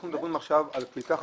אנחנו מדברים עכשיו על קליטה חדשה,